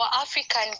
African